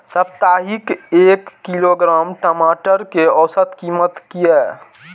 साप्ताहिक एक किलोग्राम टमाटर कै औसत कीमत किए?